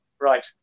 Right